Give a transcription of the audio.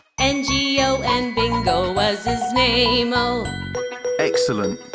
n g o and bingo was his name-o excellent.